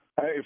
Hey